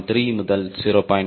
3 முதல் 0